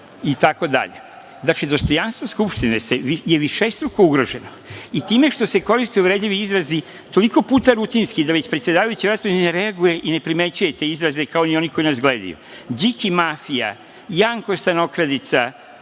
itd. Znači, dostojanstvo Skupštine je višestruko ugroženo i time što se koriste uvredljivi izrazi toliko puta rutinski da već predsedavajući u raspravi ne reaguje i ne primećuje te izraze, kao i oni koji nas gledaju. Điki mafija, Janko stanokradica,